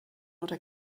oder